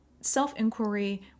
self-inquiry